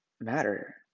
matter